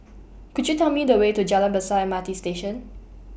Could YOU Tell Me The Way to Jalan Besar M R T Station